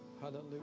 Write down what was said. Hallelujah